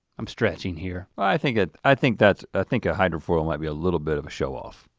i'm stretching here. i think i think that's, i think a hydrofoil might be a little bit of a show-off.